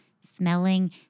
smelling